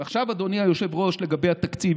ועכשיו, אדוני היושב-ראש, לגבי התקציב.